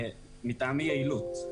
מטעמי יעילות,